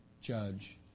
judge